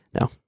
No